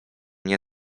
nie